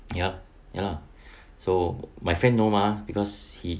yup ya lah so my friend know mah because he